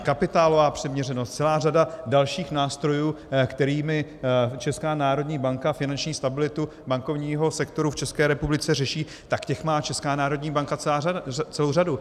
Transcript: Kapitálová přiměřenost, celá řada dalších nástrojů, kterými Česká národní banka finanční stabilitu bankovního sektoru v České republice řeší, tak těch má Česká národní banka celou řadu.